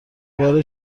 بار